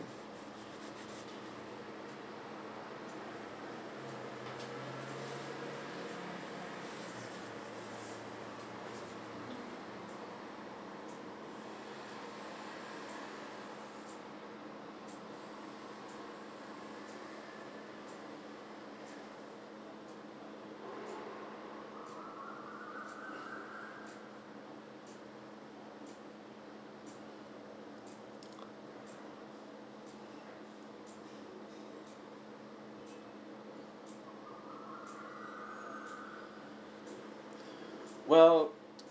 well